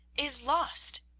is lost.